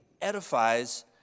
edifies